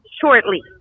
shortly